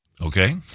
Okay